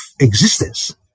existence